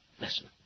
Listen